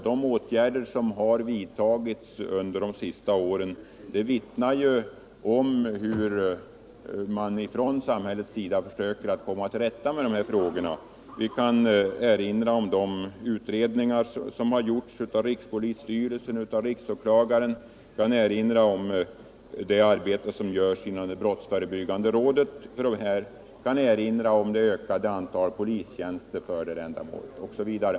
De åtgärder som har vidtagits under de senaste åren vittnar om att man från samhällets sida försöker komma till rätta med dessa problem. Vi kan erinra om de utredningar som har gjorts av rikspolisstyrelsen och av riksåklagaren. Vi kan även erinra om det arbete som görs inom det brottsförebyggande rådet, det ökade antalet polistjänster för detta ändamål osv.